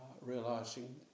realising